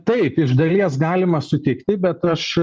taip iš dalies galima sutikt bet aš